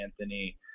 Anthony